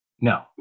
No